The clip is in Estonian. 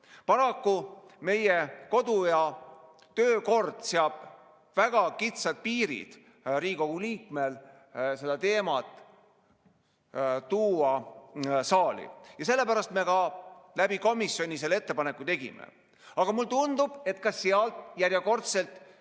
Paraku meie kodu‑ ja töökord seab väga kitsad piirid Riigikogu liikmel seda teemat saali tuua ja sellepärast me ka komisjoni kaudu selle ettepaneku tegime. Aga mulle tundub, et ka sealt järjekordselt